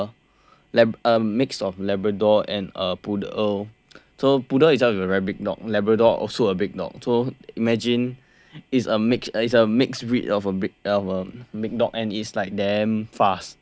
like a mix of labrador and a poodle so poodle itself is a very big dog labrador also a big dog so imagine it's a mixed breed of a big dog and it's like damn fast